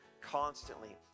constantly